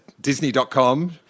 Disney.com